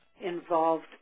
Involved